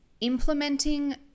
implementing